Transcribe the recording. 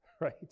right